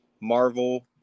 Marvel